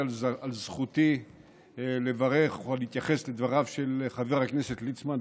לזכותי לברך או להתייחס לדבריו של חבר הכנסת ליצמן.